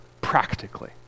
practically